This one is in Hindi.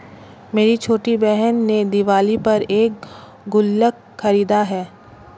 मेरी छोटी बहन ने दिवाली पर एक गुल्लक खरीदा है